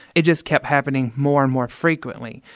it just kept happening more and more frequently.